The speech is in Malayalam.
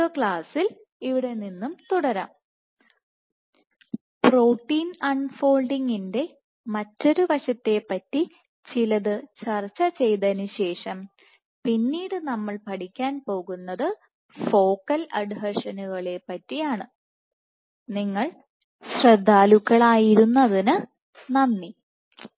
അടുത്ത ക്ലാസ്സിൽ ഇവിടെ നിന്ന് തുടരാം പ്രോട്ടീൻഅൺ ഫോൾഡിങ്ങിൻറെ മറ്റൊരു വശത്തെ പറ്റി ചിലത് ചർച്ച ചെയ്തതിനുശേഷം പിന്നീട് നമ്മൾ പഠിക്കാൻ പോകുന്നത് ഫോക്കൽ പറ്റിയാണ്